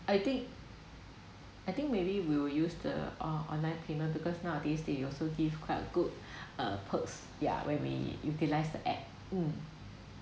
I think I think maybe we'll use the uh online payment because nowadays they also give quite a good uh perks yeah when we utilize the apps um